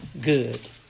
good